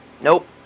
Nope